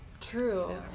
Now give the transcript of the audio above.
true